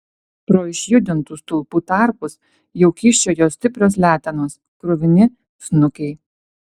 pro išjudintų stulpų tarpus jau kyščiojo stiprios letenos kruvini snukiai